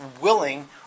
willing